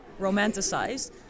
romanticized